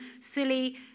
silly